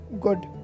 good